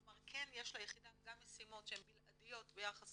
כלומר כן יש ליחידה גם משימות שהן בלעדיות ביחס